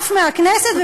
עף מהכנסת,